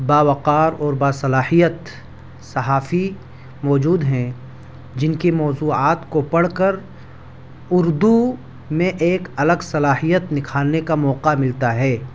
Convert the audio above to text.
باوقار اور با صلاحیت صحافی موجود ہیں جن کی موضوعات کو پڑھ کر اردو میں ایک الگ صلاحیت نکھارنے کا موقعہ ملتا ہے